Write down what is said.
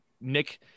Nick